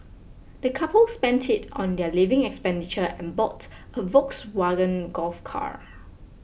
the couple spent it on their living expenditure and bought a Volkswagen Golf car